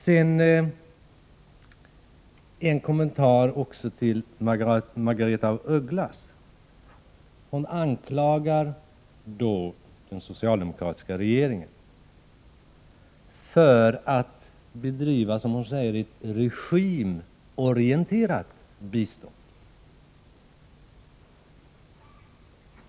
Sedan en kommentar också till Margaretha af Ugglas anförande. Hon anklagar den socialdemokratiska regeringen för att bedriva, som hon säger, ett regimorienterat bistånd.